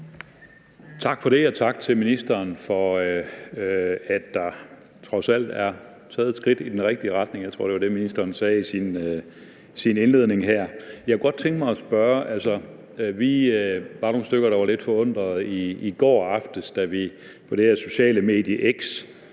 Tak for det, og tak til ministeren for, at der trods alt er taget et skridt i den rigtige retning. Jeg tror, det var det, ministeren sagde i sin indledning her. Jeg kunne godt tænke mig at spørge til noget. Vi var nogle stykker, der var lidt forundrede i går aftes, da vi på det her sociale medie X